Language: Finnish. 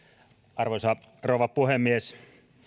arvoisa rouva puhemies